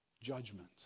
judgment